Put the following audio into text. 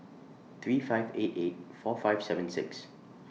three five eight eight four five seven six